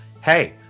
hey